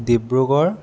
Dibrugarh